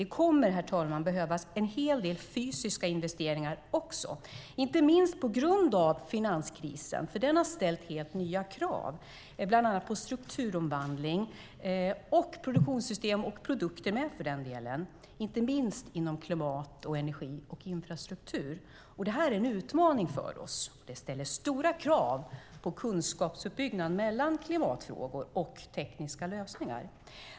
Det kommer, herr talman, att behövas en hel del fysiska investeringar också, inte minst på grund av finanskrisen. Den har lett till helt nya krav, bland annat på strukturomvandling och produktionssystem - produkter med för den delen, inte minst inom klimat, energi och infrastruktur. Det här är en utmaning för oss. Det ställer stora krav på kunskapsuppbyggnad mellan klimatfrågor och tekniska lösningar.